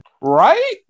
Right